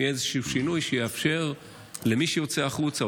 אם יהיה שינוי שיאפשר למי שיוצא החוצה,